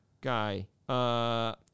guy